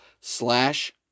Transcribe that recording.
slash